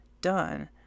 done